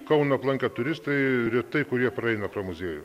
kauną aplankę turistai retai kurie praeina pro muziejų